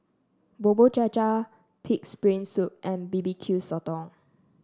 Bubur Cha Cha pig's brain soup and B B Q Sotong